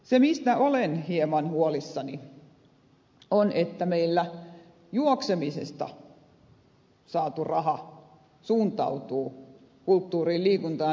se mistä olen hieman huolissani on että meillä juoksemisesta saatu raha suuntautuu kulttuuriin liikuntaan ja nuorisoon jos sen tekevät ihmiset